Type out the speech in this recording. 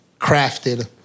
crafted